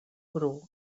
bru